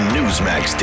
Newsmax